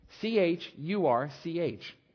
C-H-U-R-C-H